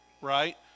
right